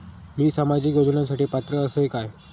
मी सामाजिक योजनांसाठी पात्र असय काय?